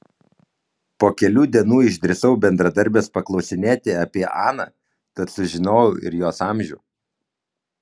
po kelių dienų išdrįsau bendradarbės paklausinėti apie aną tad sužinojau ir jos amžių